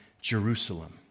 Jerusalem